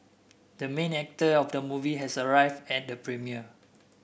the main actor of the movie has arrived at the premiere